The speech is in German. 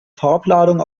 farbladung